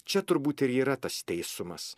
čia turbūt ir yra tas teisumas